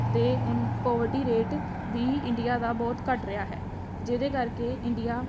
ਅਤੇ ਹੁਣ poverty rate ਵੀ ਇੰਡੀਆ ਦਾ ਬਹੁਤ ਘੱਟ ਰਿਹਾ ਹੈ ਜਿਹਦੇ ਕਰਕੇ ਇੰਡੀਆ